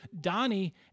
Donnie